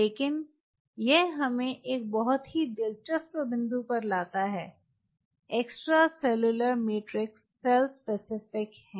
लेकिन यह हमें एक बहुत ही दिलचस्प बिंदु पर लाता है extra cellular matrix cell specific है